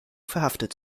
verhaftet